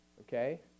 okay